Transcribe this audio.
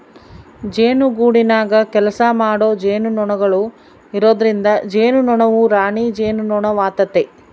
ಜೇನುಗೂಡಿನಗ ಕೆಲಸಮಾಡೊ ಜೇನುನೊಣಗಳು ಇರೊದ್ರಿಂದ ಜೇನುನೊಣವು ರಾಣಿ ಜೇನುನೊಣವಾತತೆ